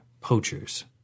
poachers